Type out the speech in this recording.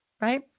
Right